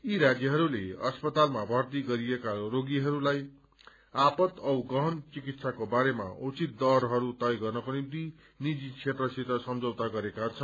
यी राज्यहरूले अस्पतालमा भर्ती गरएिका रोगीहरूलाई आपद औ गहन चिकित्साको बारेमा उचित दरहरू तय गर्नको निम्ति निजी क्षेत्रसित सम्झौता गरेका छन्